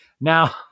Now